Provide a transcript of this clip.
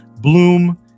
Bloom